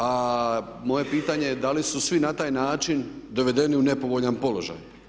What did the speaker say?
A moje pitanje je da li su svi na taj način dovedeni u nepovoljan položaj?